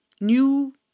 new